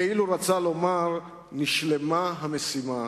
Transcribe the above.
כאילו רצה לומר: נשלמה המשימה,